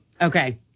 Okay